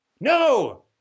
No